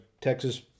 Texas